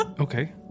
Okay